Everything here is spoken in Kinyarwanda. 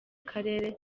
karere